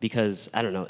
because i don't know